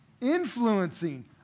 influencing